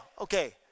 okay